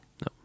No